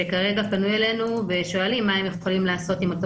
שפנו אלינו ושואלים מה הם יכולים לעשות עם אותו